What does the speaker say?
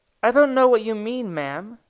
i don't know what you mean, ma'am,